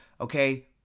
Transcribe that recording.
Okay